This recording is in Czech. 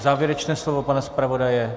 Závěrečné slovo pana zpravodaje?